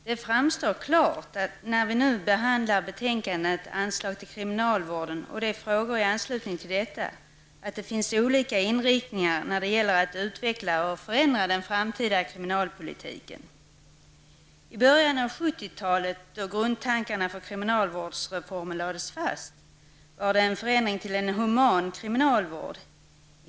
Herr talman! När vi nu behandlar betänkandet om anslag till kriminalvården och frågor i anslutning till detta, framstår det klart att det finns olika inriktningar när det gäller att utveckla och förändra den framtida kriminalpolitiken. I början av 1970-talet, då grundtankarna för kriminalvårdsreformen lades fast, var det fråga om en förändring till human kriminalvård.